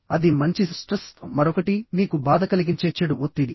అది మంచి స్ట్రెస్ మరొకటి మీకు బాధ కలిగించే చెడు ఒత్తిడి